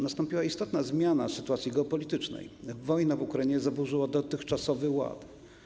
Nastąpiła istotna zmiana sytuacji geopolitycznej, wojna w Ukrainie zaburzyła dotychczasowy ład.